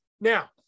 now